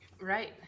Right